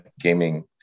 gaming